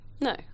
No